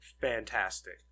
fantastic